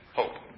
hope